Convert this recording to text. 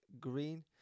green